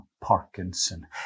Parkinson